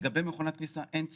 לגבי מכונת כביסה, אין צורך,